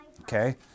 Okay